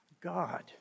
God